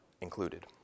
included